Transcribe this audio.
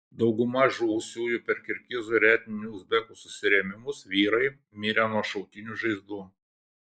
dauguma žuvusiųjų per kirgizų ir etninių uzbekų susirėmimus vyrai mirę nuo šautinių žaizdų